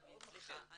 סליחה,